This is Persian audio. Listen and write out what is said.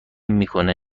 میکنه